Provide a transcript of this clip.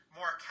more